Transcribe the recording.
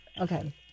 Okay